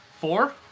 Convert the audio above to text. Four